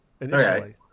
initially